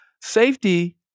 safety